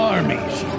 Armies